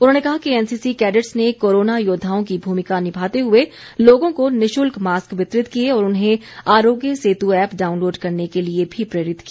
उन्होंने कहा कि एनसीसी कैडेट्स ने कोरोना योद्वाओं की भूमिका निभाते हुए लोगों निशुल्क मास्क वितरित किए और उन्हें आरोग्य सेतु ऐप डाउनलोड करने के लिए भी प्रेरित किया